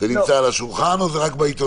זה נמצא על השולחן או זה רק בעיתונות?